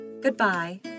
Goodbye